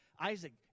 Isaac